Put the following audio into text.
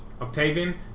Octavian